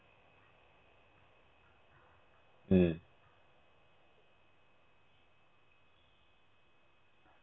mm